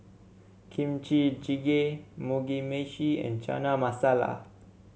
Kimchi Jjigae Mugi Meshi and Chana Masala